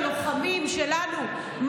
הלוחמים שלנו,